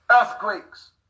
earthquakes